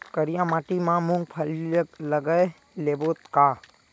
करिया माटी मा मूंग फल्ली लगय लेबों का?